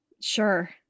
Sure